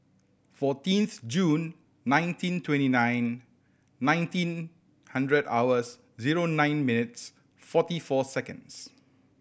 fourteenth Jun nineteen twenty nine nineteen hundred hours zero nine mates forty four seconds